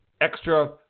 extra